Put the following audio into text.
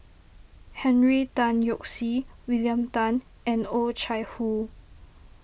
Henry Tan Yoke See William Tan and Oh Chai Hoo